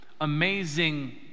amazing